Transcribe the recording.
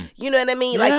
you know, and i mean. like